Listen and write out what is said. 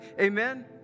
amen